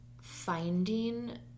finding